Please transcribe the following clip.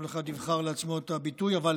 כל אחד יבחר לעצמו את הביטוי, אבל